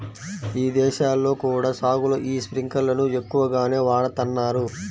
ఇదేశాల్లో కూడా సాగులో యీ స్పింకర్లను ఎక్కువగానే వాడతన్నారు